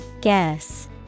Guess